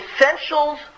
essentials